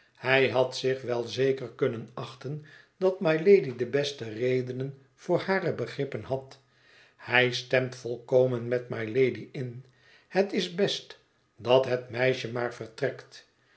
hij had zich wel zeker kunnen achten dat mylady de beste redenen voor hare begrippen had hij stemt volkomen met mylady in het is best dat het meisje maar vertrekt